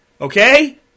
Okay